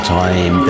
time